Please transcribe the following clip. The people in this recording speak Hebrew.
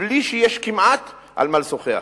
בלי שיש כמעט על מה לשוחח.